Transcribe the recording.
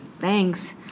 thanks